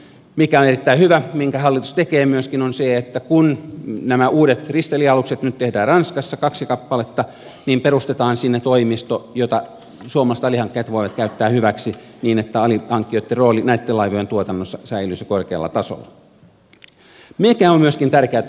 mikä on erittäin hyvä minkä hallitus myöskin tekee on se että kun nämä uudet risteilijäalukset nyt tehdään ranskassa kaksi kappaletta niin perustetaan sinne toimisto jota suomalaiset alihankkijat voivat käyttää hyväksi niin että alihankkijoitten rooli näitten laivojen tuotannossa säilyisi korkealla tasolla